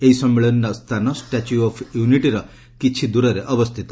ଏହି ସମ୍ମିଳନୀର ସ୍ଥାନ ଷ୍ଟାଚ୍ୟୁ ଅଫ୍ ୟୁନିଟିର କିଛି ଦୂରରେ ଅବସ୍ଥିତ